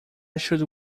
should